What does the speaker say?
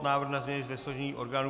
Návrh na změny ve složení orgánů